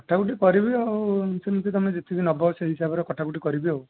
କଟା କୁଟୀ କରିବି ଆଉ ତମେ ଯେମିତି ନେଵ ସେହି ହିସାବରେ କଟା କୁଟୀ କରିବି ଆଉ